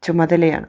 ചുമതലയാണ്